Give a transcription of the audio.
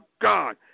God